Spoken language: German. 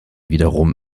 wiederum